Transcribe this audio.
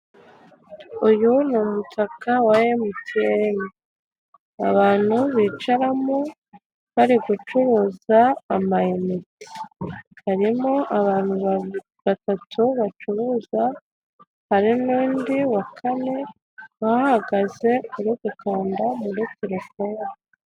Uyu ni umutaka wa emutiyene, abantu bicaramo bari gucuruza amayinite, karimo abantu batatu bacuruza hari n'undi wa kane bahagaze uri gukanda muri terefone.